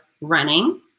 running